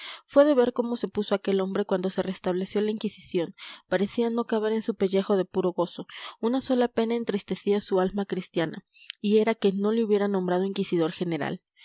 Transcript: de ver cómo se puso aquel hombre cuando se restableció la inquisición parecía no caber en su pellejo de puro gozo una sola pena entristecía su alma cristiana y era que no le hubieran nombrado inquisidor general